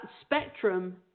spectrum